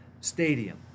stadium